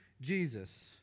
Jesus